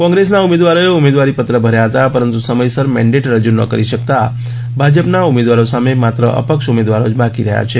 કોંગ્રેસના ઉમેદવારોએ ઉમેદવારીપત્રો ભર્યા હતા પરંતુ સમયસર મેન્ડેટ રજુ ન કરી શકતા ભાજપના ઉમેદવારો સામે માત્ર અપક્ષ ઉમેદવારો જ બાકી રહ્યા છે